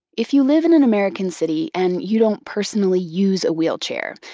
if you live in an american city, and you don't personally use a wheelchair,